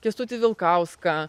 kęstutį vilkauską